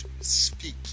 speak